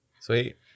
Sweet